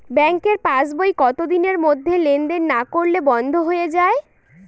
ব্যাঙ্কের পাস বই কত দিনের মধ্যে লেন দেন না করলে বন্ধ হয়ে য়ায়?